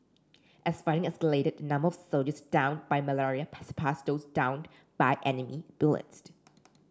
as fighting escalated the number of soldiers downed by malaria surpassed those downed by enemy bullets